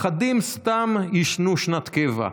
/ אחדים סתם יישנו שנת-קבע.